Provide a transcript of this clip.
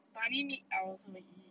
bunny meat I also !ee!